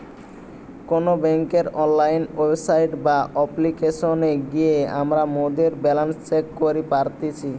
কোনো বেংকের online website বা অপ্লিকেশনে গিয়ে আমরা মোদের ব্যালান্স চেক করি পারতেছি